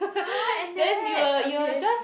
!huh! and that okay